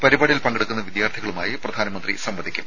പരിപാടിയിൽ പങ്കെടുക്കുന്ന വിദ്യാർത്ഥികളുമായി പ്രധാനമന്ത്രി സംവദിക്കും